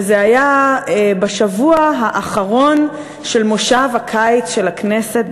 וזה היה בשבוע האחרון של מושב הקיץ של הכנסת,